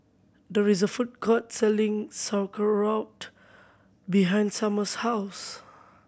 there is a food court selling Sauerkraut behind Summer's house